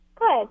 good